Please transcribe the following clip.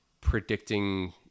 predicting